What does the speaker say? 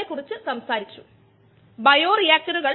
അത് നടപ്പിലാക്കാൻ കഴിയുന്നവയാണ് അമിലേസുകൾ